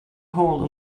hole